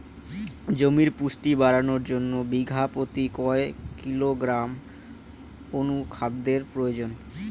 জমির পুষ্টি বাড়ানোর জন্য বিঘা প্রতি কয় কিলোগ্রাম অণু খাদ্যের প্রয়োজন?